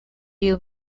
you